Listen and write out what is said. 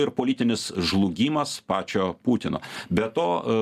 ir politinis žlugimas pačio putino be to